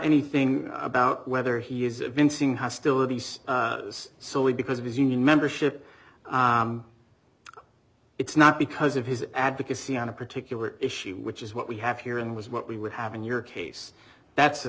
anything about whether he is even seeing hostilities solely because of his union membership it's not because of his advocacy on a particular issue which is what we have here and was what we would have in your case that's